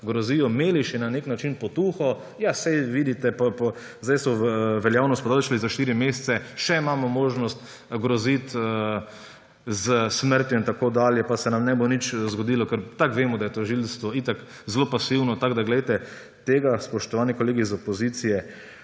grozijo, imeli na nek način potuho, »saj vidite, zdaj so veljavnost podaljšali za štiri mesece, še imamo možnost groziti s smrtjo in tako dalje pa se nam ne bo nič zgodilo, ker tako vemo, da je tožilstvo itak zelo pasivno«. Tega, spoštovani kolegi iz opozicije,